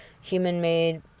human-made